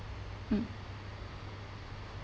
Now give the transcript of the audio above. mm